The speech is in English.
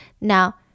Now